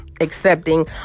accepting